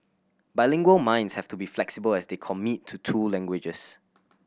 bilingual minds have to be flexible as they commit to two languages